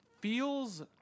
feels